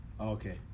Okay